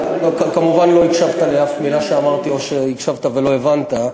כמובן לא הקשבת לאף מילה שאמרתי או שהקשבת ולא הבנת.